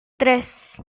tres